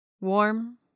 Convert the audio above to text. Warm